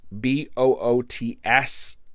B-O-O-T-S